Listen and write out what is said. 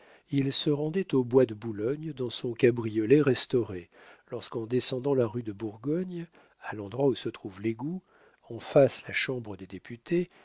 il se rendait au bois de boulogne dans son cabriolet restauré lorsqu'en descendant la rue de bourgogne à l'endroit où se trouve l'égout en face la chambre des députés